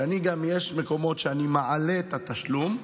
שיש מקומות שבהם אני מעלה את התשלום.